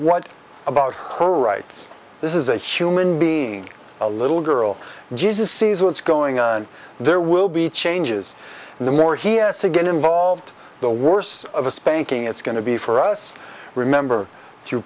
what about her rights this is a human being a little girl jesus sees what's going on there will be changes and the more he has to get involved the worse of a spanking it's going to be for us remember through